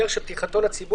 בדרך של פתיחתו לציבור,